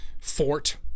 fort